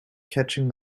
catching